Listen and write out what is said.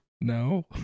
no